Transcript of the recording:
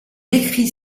décrit